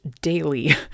daily